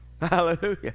Hallelujah